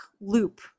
loop